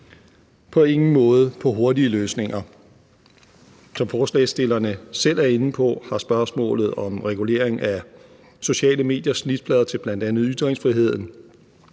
på ingen måde på hurtige løsninger. Som forslagsstillerne selv er inde på, har spørgsmålet om regulering af sociale medier snitflader i forhold til bl.a. ytringsfriheden,